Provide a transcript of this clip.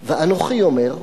מעדר./ ואנוכי אומר: